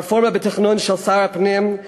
הרפורמה בתכנון של שר הפנים,